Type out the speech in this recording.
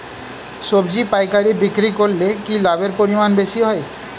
সবজি পাইকারি বিক্রি করলে কি লাভের পরিমাণ বেশি হয়?